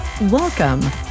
Welcome